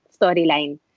storyline